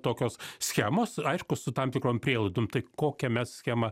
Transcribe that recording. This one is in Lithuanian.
tokios schemos aišku su tam tikrom prielaidom tai kokią mes schemą